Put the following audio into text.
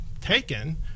taken